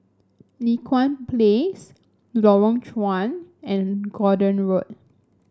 Li Hwan Place Lorong Chuan and Gordon Road